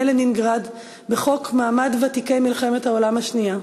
לנינגרד בחוק מעמד ותיקי מלחמת העולם השנייה.